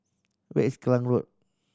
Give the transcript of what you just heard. where is Klang Road